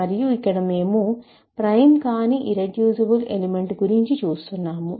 మరియు ఇక్కడ మేము ప్రైమ్ కాని ఇర్రెడ్యూసిబుల్ ఎలిమెంట్ గురించి చూస్తున్నాము